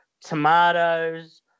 tomatoes